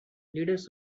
leaders